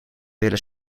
willen